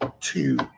two